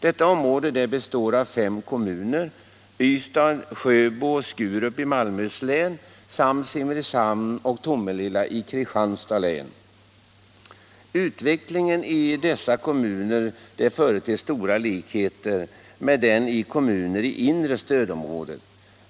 Detta område består av fem kommuner: Ystad, Sjöbo och Skurup i Malmöhus län samt Simrishamn och Tomelilla i Kristianstads län. Utvecklingen i dessa kommuner företer stora likheter med utvecklingen i kommuner i inre stödområdet.